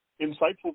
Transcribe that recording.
insightful